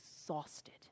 exhausted